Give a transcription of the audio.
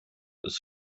ist